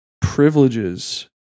privileges